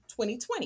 2020